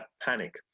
panic